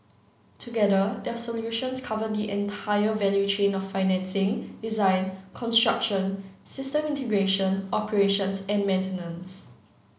together their solutions cover the entire value chain of financing design construction system integration operations and maintenance